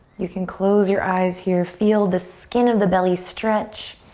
you can close your eyes here, feel the skin of the belly stretch.